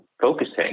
focusing